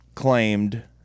claimed